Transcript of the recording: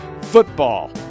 football